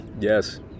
Yes